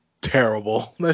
terrible